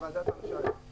הוועדה דרשה את זה.